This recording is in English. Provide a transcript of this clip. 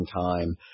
time